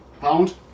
Pound